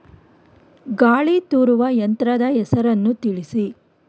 ಗಾಳಿ ತೂರುವ ಯಂತ್ರದ ಹೆಸರನ್ನು ತಿಳಿಸಿ?